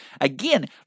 again